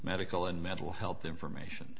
medical and mental health information